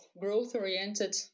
growth-oriented